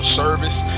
service